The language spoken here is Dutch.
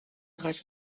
draait